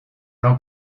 jean